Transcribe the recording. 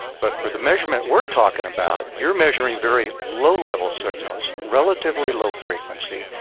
but for the measurement we're talking about, you're measuring very low level signals, relatively low frequency.